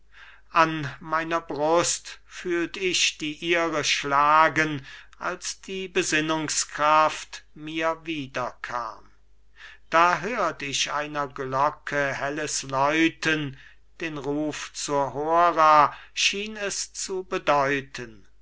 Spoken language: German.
an meiner brust fühlt ich die ihre schlagen als die besinnungskraft mir wieder kam da hört ich einer glocke helles läuten den ruf zur hora schien es zu bedeuten